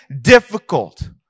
difficult